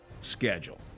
schedule